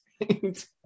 Right